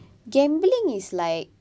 gambling is like